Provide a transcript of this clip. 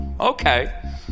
Okay